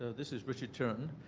this is richard turton.